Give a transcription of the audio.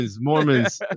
Mormons